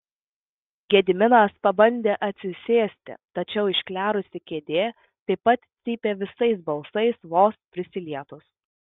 gediminas pabandė atsisėsti tačiau išklerusi kėdė taip pat cypė visais balsais vos prisilietus